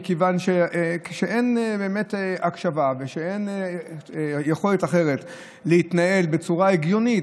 מכיוון שאין באמת הקשבה ואין יכולת אחרת להתנהל בצורה הגיונית,